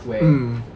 mm